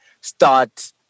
start